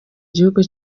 gihugu